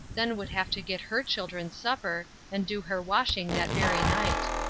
then would have to get her children's supper, and do her washing that very night.